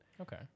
okay